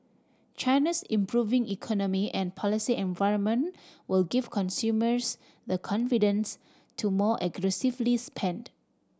China's improving economy and policy environment will give consumers the confidence to more aggressively spend